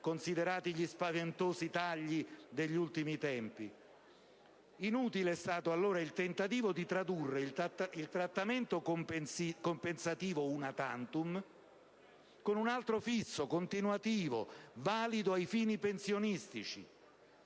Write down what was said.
considerati gli spaventosi tagli degli ultimi tempi. Inutile è stato allora il tentativo di tradurre il trattamento compensativo *una tantum* con un altro fisso, continuativo, valido ai fini pensionistici.